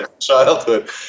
childhood